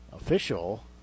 official